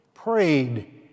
Prayed